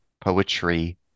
poetry